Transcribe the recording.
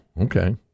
Okay